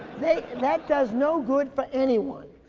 they, that does no good for anyone.